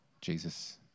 Jesus